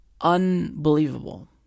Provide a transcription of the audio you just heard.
Unbelievable